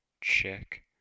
check